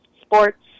sports